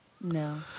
No